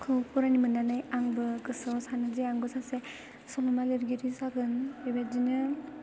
खौ फरायनो मोननानै आंबो गोसोआव सानोजे आंबो सासे सल'मा लिरगिरि जागोन बेबादिनो